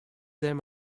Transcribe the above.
them